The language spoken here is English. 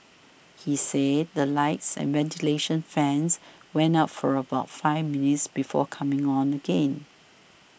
he said the lights and ventilation fans went out for about five minutes before coming on again